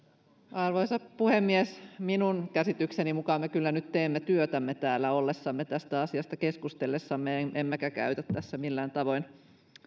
arvoisa puhemies minun käsitykseni mukaan me kyllä nyt teemme työtämme täällä ollessamme tästä asiasta keskustelemassa emmekä käytä tässä millään tavoin